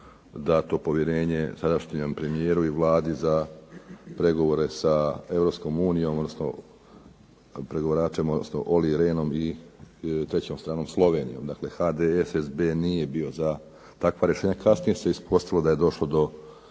dato povjerenje sadašnjem premijeru i Vladi za pregovore sa Europskom unijom, odnosno pregovaračem Ollijem Rehnom i trećom stranom Slovenijom. Dakle, HDSSB nije bio za takva rješenja. Kasnije se ispostavilo da je došlo do